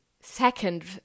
second